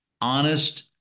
honest